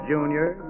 Junior